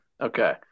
Okay